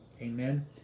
Amen